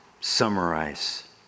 summarize